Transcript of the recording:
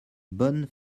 bonnes